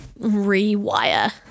rewire